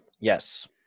yes